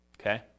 Okay